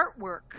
artwork